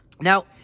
now